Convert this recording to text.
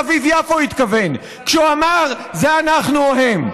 אביב-יפו התכוון כשהוא אמר: זה אנחנו או הם.